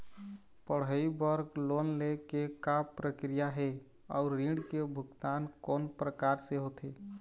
पढ़ई बर लोन ले के का प्रक्रिया हे, अउ ऋण के भुगतान कोन प्रकार से होथे?